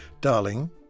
Darling